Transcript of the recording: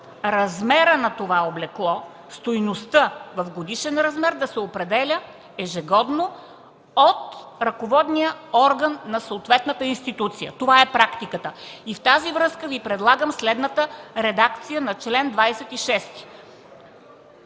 размерът на това облекло, стойността в годишен размер да се определя ежегодно от ръководния орган на съответната институция. Това е практиката. Във връзка с това Ви предлагам следната редакция на чл. 26.